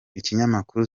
ikinyamakuru